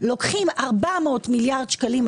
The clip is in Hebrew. לוקחים 400 מיליארד שקלים,